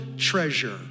treasure